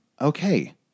Okay